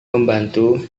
membantu